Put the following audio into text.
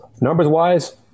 numbers-wise